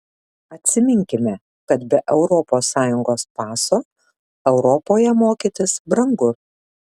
atsiminkime kad be europos sąjungos paso europoje mokytis brangu